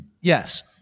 Yes